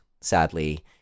sadly